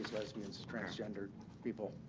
lesbians, transgendered people.